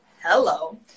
hello